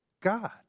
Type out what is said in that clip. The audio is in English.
God